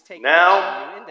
Now